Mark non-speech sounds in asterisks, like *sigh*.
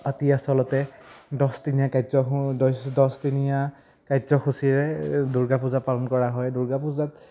*unintelligible* আচলতে দহদিনীয়া কাৰ্যসূচী দহদিনীয়া কাৰ্যসূচীৰে দুৰ্গাপূজা পালন কৰা হয় দুৰ্গা পূজাত